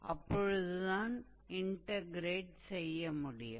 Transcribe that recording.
அப்பொழுதுதான் இன்டக்ரேட் செய்ய முடியும்